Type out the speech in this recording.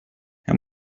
how